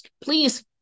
please